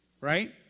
Right